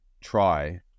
try